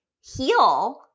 heal